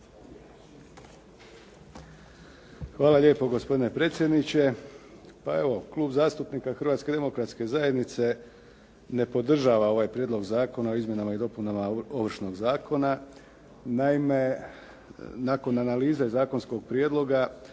Hvala lijepo gospodine predsjedniče. Pa evo, Klub zastupnika Hrvatske demokratske zajednice ne podržava ovaj Prijedlog zakona o izmjenama i dopunama Ovršnog zakona. Naime, nakon analize zakonskog prijedloga,